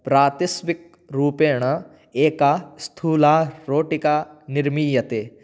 प्रातिस्विक् रूपेण एका स्थूला रोटिका निर्मीयते